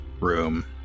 room